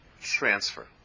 transfer